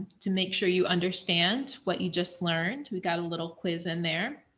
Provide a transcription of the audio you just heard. to make sure you understand what you just learned we got a little quiz in there.